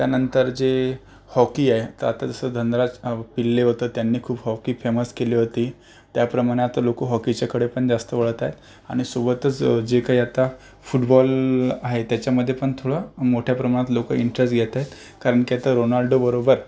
त्यानंतर जे हॉकी आहे तर आता जसं धनराज पिल्ले होतं त्यांनी खूप हॉकी फेमस केली होती त्याप्रमाणे आता लोक हॉकीच्याकडेपण जास्त वळत आहेत आणि सोबतच जे काही आता फुटबॉल आहे त्याच्यामध्येपण थोडं मोठ्या प्रमाणात लोकं इंट्रेस्ट घेत आहेत कारण की आता रोनाल्डोबरोबर